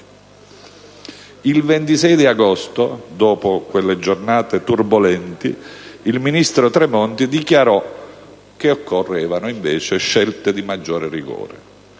Il 26 agosto, dopo quelle giornate turbolenti, il ministro Tremonti dichiarò che occorrevano invece scelte di maggiore rigore.